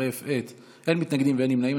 אין מתנגדים ואין נמנעים.